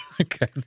okay